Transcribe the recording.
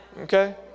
Okay